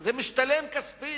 זה משתלם כספית.